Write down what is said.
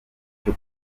cyo